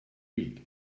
week